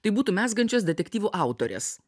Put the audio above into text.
tai būtų mezgančias detektyvų autorės